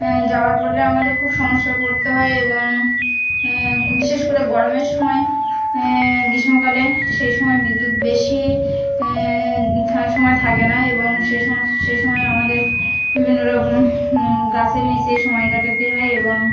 যাওয়ার ফলে আমাদের খুব সমস্যায় পড়তে হয় এবং বিশেষ করে গরমের সময় গ্রীষ্মকালে সেই সময় বিদ্যুৎ বেশি সময় থাকে না এবং সে সময় সেই সময় আমাদের বিভিন্ন রকম গাছের নিচেই সময় কাটাতে হয় এবং